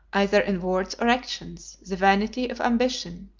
either in words or actions, the vanity of ambition.